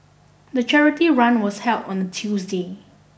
the charity run was held on a Tuesday